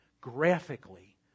graphically